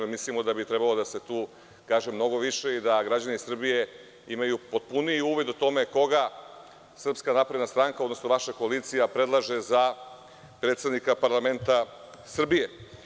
Mislimo da bi trebalo da se tu kaže tu mnogo više i da građani Srbije imaju potpuniji uvid o tome koga SNS, odnosno vaša koalicija predlaže za predsednika parlamenta Srbije.